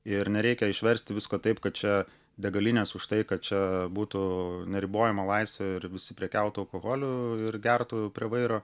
ir nereikia išversti visko taip kad čia degalinės už tai kad čia būtų neribojama laisvė ir visi prekiautų alkoholiu ir gertų prie vairo